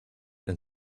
and